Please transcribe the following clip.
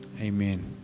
Amen